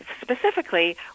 specifically